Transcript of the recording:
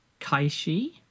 Kaishi